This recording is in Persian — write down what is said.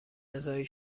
نزاعی